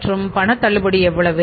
மற்றும் பண தள்ளுபடி எவ்வளவு